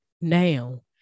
now